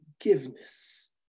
forgiveness